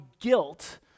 guilt